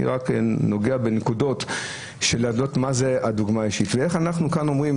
אני רק נוגע בנקודות להראות מה זה הדוגמה האישית ואיך אנחנו כאן אומרים,